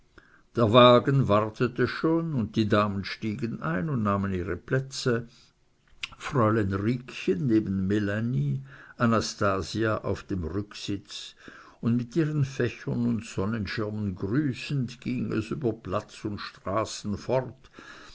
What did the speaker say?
der wagen wartete schon und die damen stiegen ein und nahmen ihre plätze fräulein riekchen neben melanie anastasia auf dem rücksitz und mit ihren fächern und sonnenschirmen grüßend ging es über platz und straßen fort